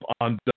on